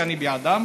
שאני בעדם,